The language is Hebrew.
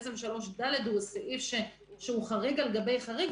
למעשה סעיף 3ד הוא סעיף שהוא חריג על גבי חריג,